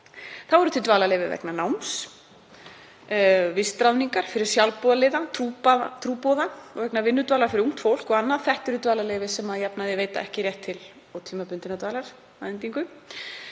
Þá eru til dvalarleyfi vegna náms, vistráðningar, fyrir sjálfboðaliða, trúboða, vegna vinnudvalar fyrir ungt fólk og annað. Þetta eru dvalarleyfi sem að jafnaði veita ekki rétt til ótímabundinnar dvalar að endingu.